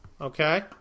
Okay